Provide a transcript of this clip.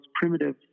primitive